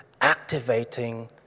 activating